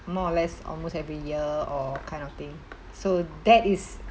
more or less almost every year or kind of thing so that is